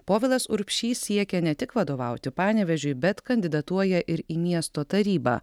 povilas urbšys siekia ne tik vadovauti panevėžiui bet kandidatuoja ir į miesto tarybą